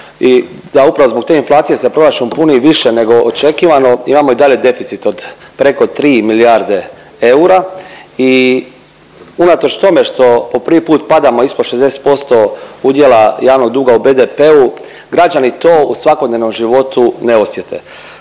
i da upravo zbog te inflacije se proračun puni više nego očekivano imamo i dalje deficit od preko 3 milijarde eura. I unatoč tome što po prvi put padamo ispod 60% udjela javnog duga u BDP-u građani to u svakodnevnom životu ne osjete.